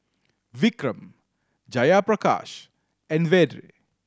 Vikram Jayaprakash and Vedre